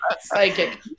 Psychic